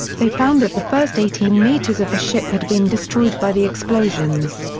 they found that the first eighteen metres of the ship had been destroyed by the explosions.